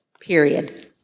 period